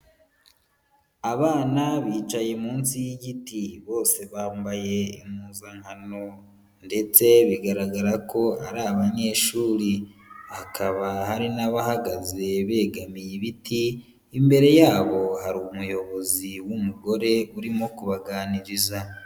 Abana bicaye munsi y'igiti bose bambaye impuzankano ndetse bigaragara ko ari abanyeshuri, hakaba hari n'abahagaze begamiye ibiti imbere yabo hari umuyobozi w'umugore urimo kubaganiriza.